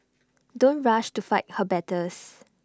don't rush to fight her battles